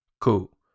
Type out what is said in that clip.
Cool